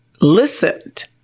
listened